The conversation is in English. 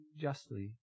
justly